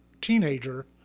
teenager